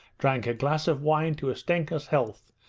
drank a glass of wine to ustenka's health,